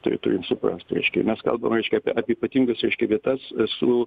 tai turim suprast reiškia mes kalbam reiškia apie ypatingas reiškia vietas su